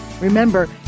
Remember